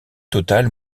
totale